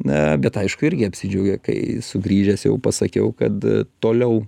na bet aišku irgi apsidžiaugė kai sugrįžęs jau pasakiau kad toliau